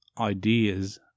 ideas